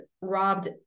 robbed